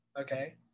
okay